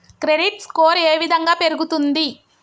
Credit score ఏ విధంగా పెరుగుతుంది?